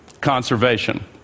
conservation